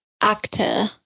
actor